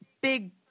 big